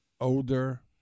older